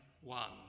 one